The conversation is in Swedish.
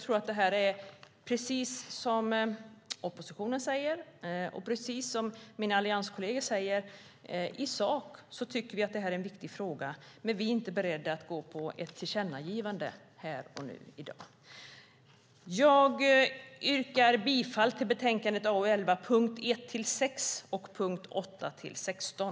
Som både oppositionen och mina allianskolleger säger är det i sak en viktig fråga. Men vi är inte beredda att gå på ett tillkännagivande här och nu. Jag yrkar bifall till förslaget i betänkandet AU11 under punkterna 1-6 och 8-16.